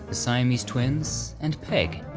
the siamese twins, and peg,